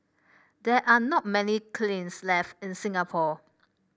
there are not many kilns left in Singapore